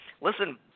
Listen